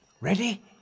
Ready